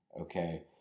okay